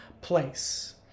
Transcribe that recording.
place